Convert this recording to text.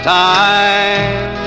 time